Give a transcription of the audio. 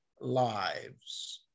lives